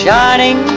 Shining